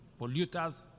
polluters